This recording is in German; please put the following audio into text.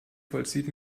vollzieht